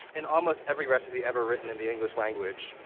in almost every recipe ever written in the english language,